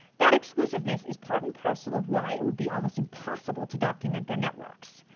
that exclusiveness is part and parcel of why it would be almost impossible to document their networks.